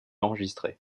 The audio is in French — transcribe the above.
enregistrée